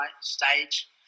stage